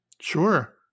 Sure